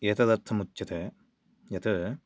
एतदर्थमुच्यते यत्